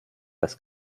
das